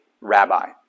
rabbi